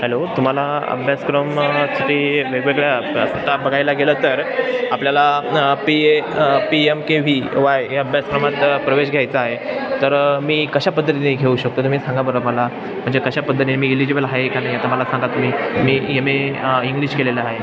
hello तुम्हाला अभ्यासक्रम साठी वेगवेगळ्या प स आता बघायला गेलं तर आपल्याला P A P M K V Y या अभ्यासक्रमात प्रवेश घ्यायचा आहे तर मी कशा पद्धतीने घेऊ शकतो तुम्ही सांगा बरं मला म्हणजे कशा पद्धतीने मी इलिजिबल आहे का नाही आता मला सांगाल तुम्ही मी येम ए इंग्लिश केलेलं आहे